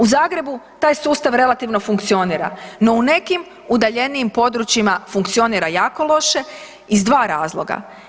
U Zagrebu taj sustav relativno funkcionira, no u nekim udaljenijim područjima funkcionira jako loše iz dva razloga.